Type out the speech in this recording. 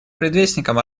предвестником